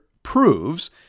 proves